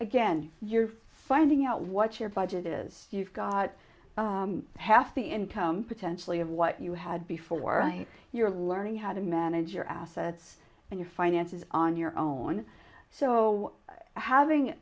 again you're finding out what your budget is you've got half the income potentially of what you had before i your learn and how to manage your assets and your finances on your own so having